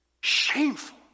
Shameful